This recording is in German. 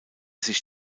sich